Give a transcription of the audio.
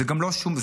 זו גם לא הדרך,